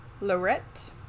Lorette